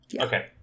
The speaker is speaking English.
okay